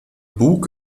bug